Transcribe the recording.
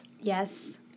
Yes